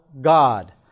God